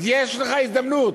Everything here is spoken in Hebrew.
יש לך הזדמנות.